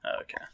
Okay